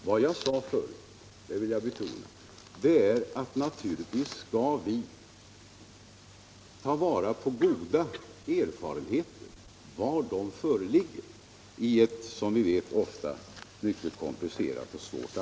Vad jag sade förut — och det vill jag betona — var att vi naturligtvis skall ta vara på goda erfarenheter, var de än föreligger.